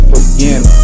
again